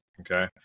Okay